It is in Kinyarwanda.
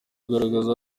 ugaragaza